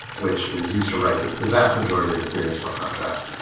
which is used to write the the vast majority of the theorems for contracts.